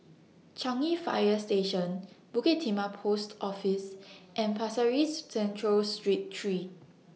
Changi Fire Station Bukit Timah Post Office and Pasir Ris Central Street three